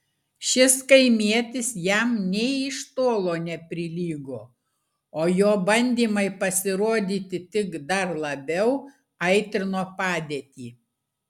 šis kaimietis jam nė iš tolo neprilygo o jo bandymai pasirodyti tik dar labiau aitrino padėtį